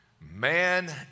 Man